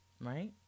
right